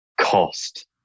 cost